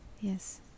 Yes